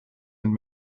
and